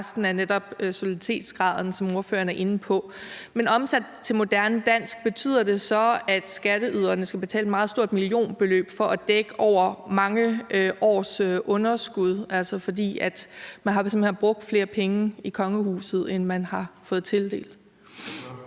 og resten er netop soliditetsgraden, som ordføreren er inde på. Men omsat til moderne dansk betyder det så, at skatteyderne skal betale et meget stort millionbeløb for at dække over mange års underskud, fordi man simpelt hen har brugt flere penge i kongehuset, end man har fået tildelt?